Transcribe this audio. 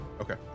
Okay